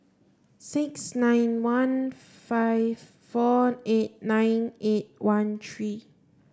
six nine one five four eight nine eight one three